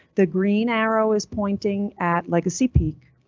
the green arrow is pointing at legacy peak,